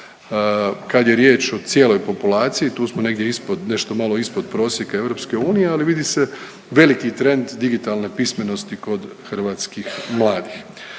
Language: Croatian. Kad je riječ o cijeloj populaciji tu smo negdje ispod, nešto malo ispod prosjeka EU, ali vidi se veliki trend digitalne pismenosti kod hrvatskih mladih.